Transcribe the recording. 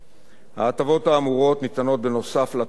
ההטבות האמורות ניתנות נוסף על התגמולים,